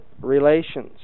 relations